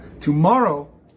Tomorrow